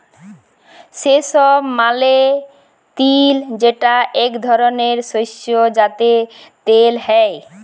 সেসম মালে তিল যেটা এক ধরলের শস্য যাতে তেল হ্যয়ে